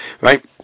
right